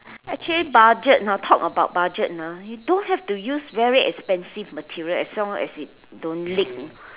actually budget lor talk about budget ah you don't have to use very expensive material as long as it don't leak know